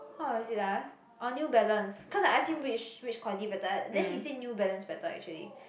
what was it ah orh New Balance cause I ask him which which quality better then he said New Balance better actually